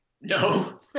No